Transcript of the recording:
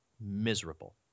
miserable